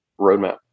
Roadmap